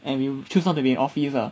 and we'll choose not to be in office ah